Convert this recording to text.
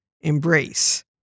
embrace